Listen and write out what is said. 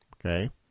Okay